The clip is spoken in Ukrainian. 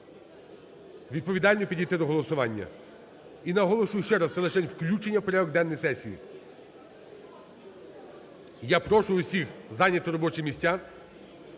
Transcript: відповідально підійти до голосування. І наголошу ще раз, це лишень включення в порядок денний сесії. Я прошу всіх зайняти робочі місця.